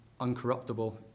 uncorruptible